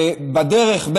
ובדרך,